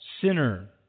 sinner